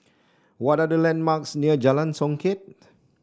what are the landmarks near Jalan Songket